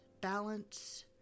balance